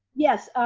yes,